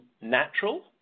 natural